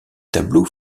tableaux